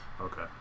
Okay